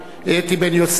אתי בן-יוסף,